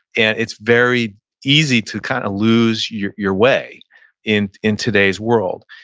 and it's very easy to kind of lose your your way in in today's world.